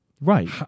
Right